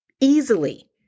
easily